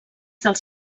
dels